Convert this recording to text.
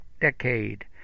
decade